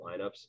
lineups